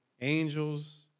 angels